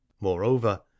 moreover